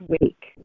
week